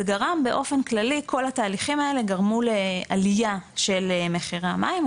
כל התהליכים האלה גרמו לעלייה של מחירי המים,